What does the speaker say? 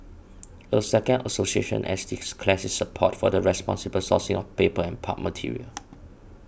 a second association has declared its support for the responsible sourcing of paper and pulp material